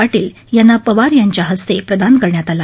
पाटील यात्ति पवार याच्या हस्ते प्रदान करण्यात आला